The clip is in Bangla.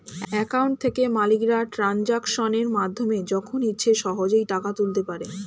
অ্যাকাউন্ট থেকে মালিকরা ট্রানজাকশনের মাধ্যমে যখন ইচ্ছে সহজেই টাকা তুলতে পারে